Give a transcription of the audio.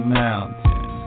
mountain